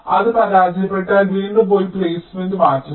അത് പരാജയപ്പെട്ടാൽ നിങ്ങൾ വീണ്ടും പോയി പ്ലേസ്മെന്റ് മാറ്റുക